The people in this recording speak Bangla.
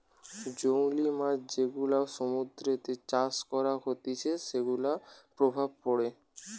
জংলী মাছ যেগুলা সমুদ্রতে চাষ করা হতিছে সেগুলার প্রভাব পড়ে